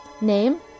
Name